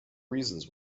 reasons